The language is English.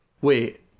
Wait